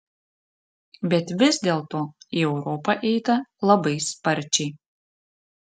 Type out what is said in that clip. bet vis dėlto į europą eita labai sparčiai